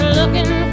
looking